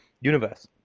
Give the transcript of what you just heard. universe